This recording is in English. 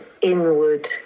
inward